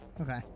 Okay